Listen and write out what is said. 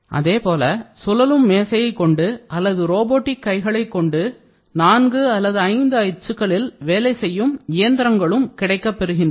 அதேபோல சுழலும் மேசையை கொண்டு அல்லது ரோபோட்டிக் கைகளை கொண்டு நான்கு அல்லது ஐந்து அச்சுகளில் வேலை செய்யும் இயந்திரங்களும் கிடைக்கப்பெறுகின்றன